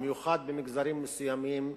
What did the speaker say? במיוחד במגזרים מסוימים,